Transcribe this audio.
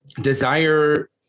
desire